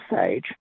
stage